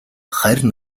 харь